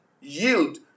yield